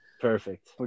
perfect